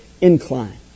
incline